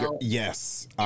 yes